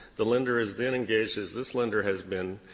the lender is then engaged, as this lender has been,